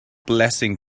blessing